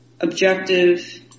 objective